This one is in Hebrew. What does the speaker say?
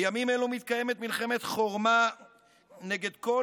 בימים אלו מתקיימת מלחמת חורמה נגד כל